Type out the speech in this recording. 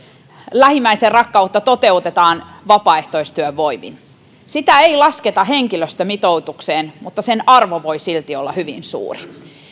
lähimmäisenrakkautta toteutetaan vapaaehtoistyövoimin sitä ei lasketa henkilöstömitoitukseen mutta sen arvo voi silti olla hyvin suuri